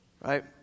right